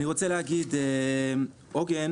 עוגן